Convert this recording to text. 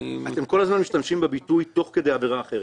אתם כל הזמן משתמשים בביטוי :" תוך כדי עבירה אחרת".